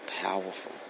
powerful